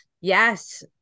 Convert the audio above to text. Yes